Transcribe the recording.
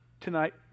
tonight